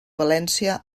valència